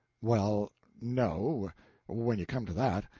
well, no when you come to that.